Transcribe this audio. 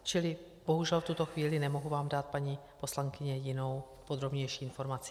Čili bohužel v tuto chvíli nemohu vám dát, paní poslankyně, jinou, podrobnější informaci.